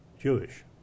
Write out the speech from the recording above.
Jewish